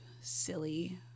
silly